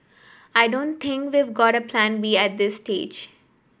I don't think we've got Plan B at this stage